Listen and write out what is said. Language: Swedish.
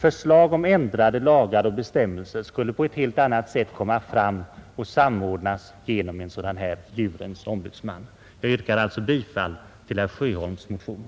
Förslag om ändrade lagar och bestämmelser skulle på olika punkter lättare föras fram och bli samordnade av en djurens ombudsman. Jag yrkar alltså bifall till herr Sjöholms motion.